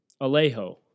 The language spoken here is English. Alejo